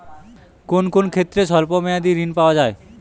কোন কোন ক্ষেত্রে স্বল্প মেয়াদি ঋণ পাওয়া যায়?